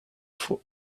fuq